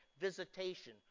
visitation